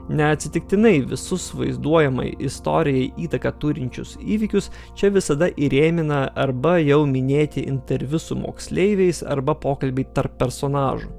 neatsitiktinai visus vaizduojamai istorijai įtaką turinčius įvykius čia visada įrėmina arba jau minėti interviu su moksleiviais arba pokalbiai tarp personažų